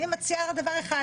אני מציעה דבר אחד